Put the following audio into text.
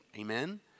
Amen